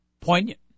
poignant